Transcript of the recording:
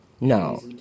No